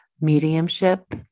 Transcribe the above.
mediumship